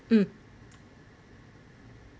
mm